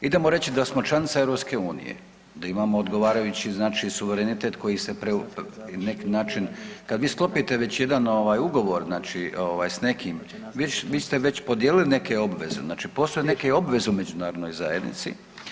Idemo reći da smo članica EU, da imamo odgovarajući, znači suverenitet koji se na neki način, kada vi sklopite već jedan ugovor, znači s nekim, vi ste već podijelili neke obveze, znači postoje neke obveze u međunarodnoj zajednici.